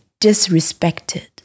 disrespected